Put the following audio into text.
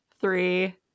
three